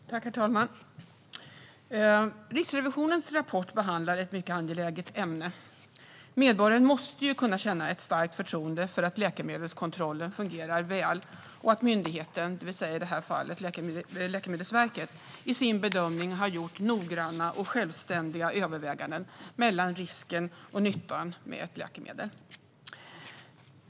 Herr talman! Riksrevisionens rapport behandlar ett mycket angeläget ämne. Medborgaren måste kunna känna ett starkt förtroende för att läkemedelskontrollen fungerar väl och att myndigheten, det vill säga i det här fallet Läkemedelsverket, i sin bedömning har gjort noggranna och självständiga överväganden mellan risken och nyttan med ett läkemedel.